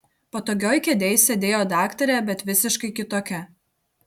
patogioj kėdėj sėdėjo daktarė bet visiškai kitokia